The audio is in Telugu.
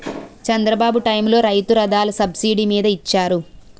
చంద్రబాబు టైములో రైతు రథాలు సబ్సిడీ మీద ఇచ్చారు